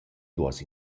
duos